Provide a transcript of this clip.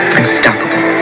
unstoppable